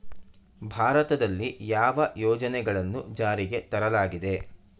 ಭಾರತದಲ್ಲಿ ಯಾವ ಯೋಜನೆಗಳನ್ನು ಜಾರಿಗೆ ತರಲಾಗಿದೆ?